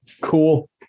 Cool